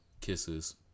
kisses